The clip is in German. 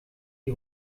die